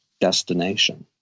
destination